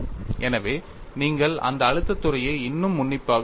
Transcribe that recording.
எனவே நீங்கள் இந்த அழுத்தத் துறையை இன்னும் உன்னிப்பாகப் பார்க்க வேண்டும்